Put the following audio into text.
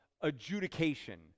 adjudication